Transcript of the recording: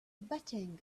betting